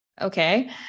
Okay